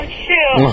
shoot